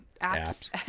apps